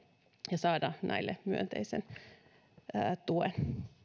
ja antaa näille myönteisen tuen myönnän